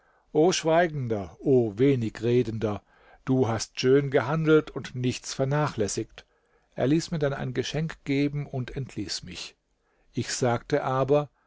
o schweigender o wenigredender du hast schön gehandelt und nichts vernachlässigt er ließ mir dann ein geschenk geben und entließ mich ich sagte aber